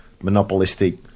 monopolistic